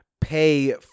pay